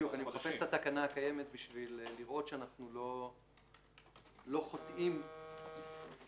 אני אחפש את התקנה הקיימת כדי לבדוק שאנחנו חוטאים בטעות,